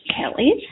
Kelly